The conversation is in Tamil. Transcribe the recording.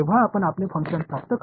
எனவே இவற்றை முன்கூட்டியே கணக்கிடலாம்